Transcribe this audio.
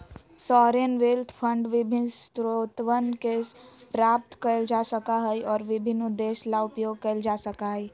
sovereign wealth fund विभिन्न स्रोतवन से प्राप्त कइल जा सका हई और विभिन्न उद्देश्य ला उपयोग कइल जा सका हई